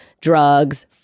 drugs